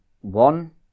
one